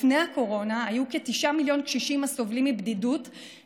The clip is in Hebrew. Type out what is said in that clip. לפני הקורונה היו כתשעה מיליון קשישים הסובלים מבדידות,